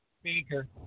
speaker